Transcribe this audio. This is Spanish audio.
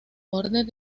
orden